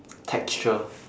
texture